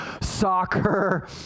soccer